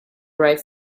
write